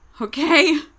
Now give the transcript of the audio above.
Okay